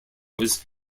was